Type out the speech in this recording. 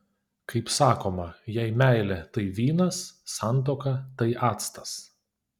kaip sakoma jei meilė tai vynas santuoka tai actas